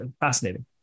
Fascinating